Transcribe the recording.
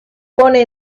pone